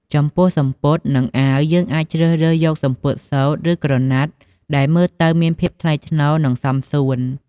ចំពោះសំពត់ និងអាវយើងអាចជ្រើសរើសយកសំពត់សូត្រ ឬក្រណាត់ដែលមើលទៅមានភាពថ្លៃថ្នូរនិងសមសួន។